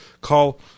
call